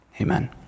Amen